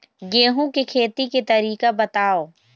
गेहूं के खेती के तरीका बताव?